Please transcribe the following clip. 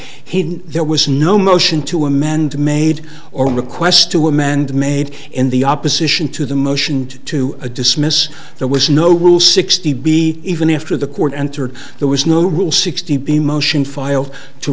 his there was no motion to amend made or a request to amend made in the opposition to the motion to dismiss there was no rule sixty b even after the court entered there was no rule sixty b motion filed to